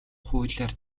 хуулиар